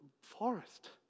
forest